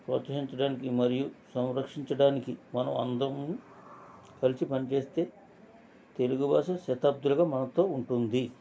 ప్రోత్సహించడానికి మరియు సంరక్షించడానికి మనమందరం కలిసి పని చేస్తే తెలుగు భాష శతాబ్దాలుగా మనతో ఉంటుంది